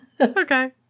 okay